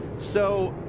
so,